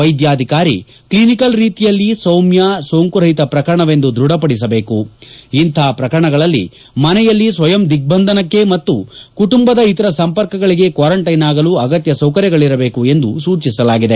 ವೈದ್ಯಾಧಿಕಾರಿ ಕ್ಷನಿಕಲ್ ರೀತಿಯಲ್ಲಿ ಸೌಮ್ಯ ಸೋಂಕು ರಹಿತ ಪ್ರಕರಣವೆಂದು ದೃಢಪಡಿಸಬೇಕು ಇಂತಹ ಪ್ರಕರಣಗಳಲ್ಲಿ ಮನೆಯಲ್ಲಿ ಸ್ವಯಂ ದಿಗ್ಗಂಧನಕ್ಷೆ ಮತ್ತು ಕುಟುಂಬದ ಇತರ ಸಂಪರ್ಕಗಳಿಗೆ ಕ್ವಾರಂಟೈನ್ ಆಗಲು ಆಗತ್ಯ ಸೌಕರ್ಯಗಳರಬೇಕು ಎಂದು ಸೂಚಿಸಲಾಗಿದೆ